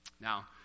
Now